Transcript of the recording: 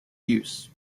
use